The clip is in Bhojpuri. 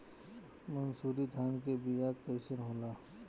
मनसुरी धान के बिया कईसन होला?